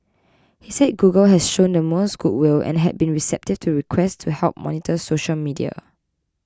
he said Google has shown the most good will and had been receptive to requests to help monitor social media